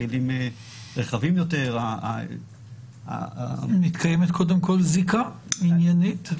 הכלים רחבים יותר --- מתקיימת קודם כל זיקה עניינית.